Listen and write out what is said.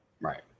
Right